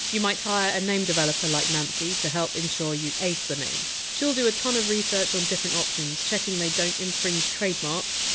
you might hire a name developer like nancy to help ensure you ace the name. she'll do a ton of research on different options, checking they don't infringe trademarks,